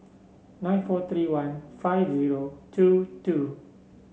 nine four three one five zero two two